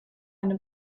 eine